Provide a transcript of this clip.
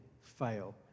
fail